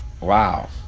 wow